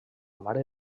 mare